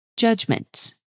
Judgment